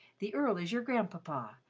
the earl is your grandpapa,